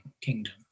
kingdom